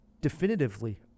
definitively